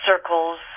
circles